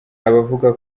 abavuga